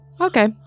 Okay